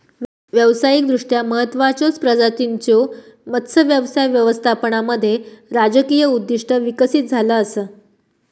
व्यावसायिकदृष्ट्या महत्त्वाचचो प्रजातींच्यो मत्स्य व्यवसाय व्यवस्थापनामध्ये राजकीय उद्दिष्टे विकसित झाला असा